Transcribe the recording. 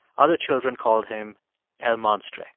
other children called him el monstre,